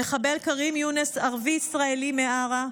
המחבל כרים יונס, ערבי ישראלי מעארה,